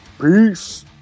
Peace